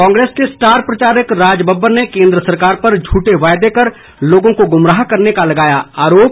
कांग्रेस के स्टार प्रचारक राज बब्बर ने केन्द्र सरकार पर झूठे वायदे कर लोगों को गुमराह करने का लगाया आरोप